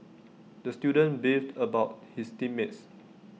the student beefed about his team mates